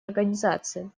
организации